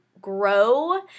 grow